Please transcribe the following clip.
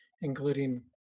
including